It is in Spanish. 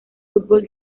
fútbol